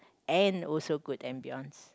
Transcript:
and also good ambience